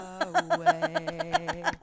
away